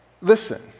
Listen